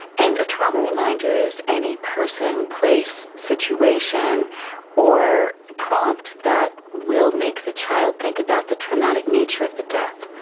and a trauma reminder is any person, place, situation or prompt that will make the child think about the traumatic nature of the death.